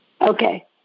Okay